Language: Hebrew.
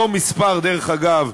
אותו מספר, דרך אגב,